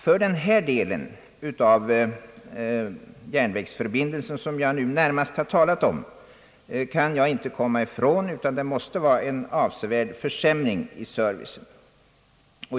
Vad beträffar den del av järnvägsförbindelsen, som jag nu närmast har talat om, kan jag inte komma ifrån annat än att ändringen måste vara en avsevärd försämring i servicen.